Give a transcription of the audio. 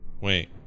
Wait